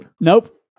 Nope